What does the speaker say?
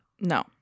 No